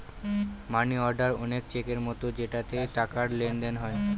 মানি order অনেক চেকের মতো যেটাতে টাকার লেনদেন হয়